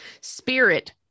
Spirit